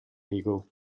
eagle